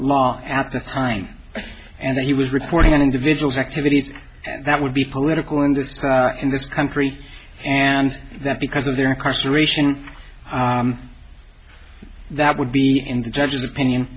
law at the time and that he was reporting on individuals activities that would be political in this in this country and that because of their incarceration that would be in the judge's opinion